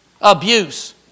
Abuse